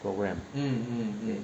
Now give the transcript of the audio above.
program